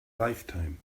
lifetime